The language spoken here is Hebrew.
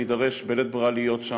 נידרש בלית ברירה להיות שם,